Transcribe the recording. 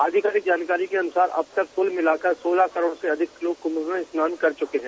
आधिकारिक जानकारी के अनुसार अब तक कुल मिलाकर सोलह करोड़ से अधिक लोग कुंम में स्नान कर चुके हैं